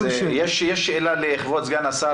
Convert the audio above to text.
יש שאלה לכבוד סגן השר